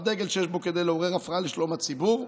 דגל שיש בו כדי לעורר הפרעה לשלום הציבור.